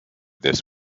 this